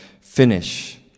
Finish